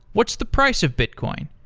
what's the price of bitcoin?